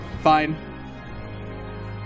Fine